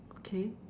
okay